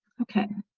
okay,